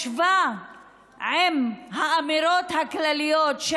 משווה עם האמירות הכלליות של